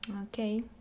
Okay